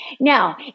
Now